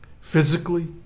Physically